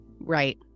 right